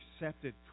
accepted